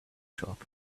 shop